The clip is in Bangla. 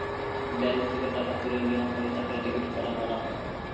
ব্যাঙ্ক থেকে টাকা তুলে নেওয়া হলে তাকে ডেবিট করা বলা হয়